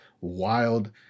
wild